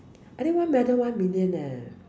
I think one medal one million leh